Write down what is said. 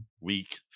week